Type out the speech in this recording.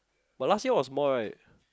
but last year was more right